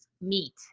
meat